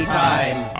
time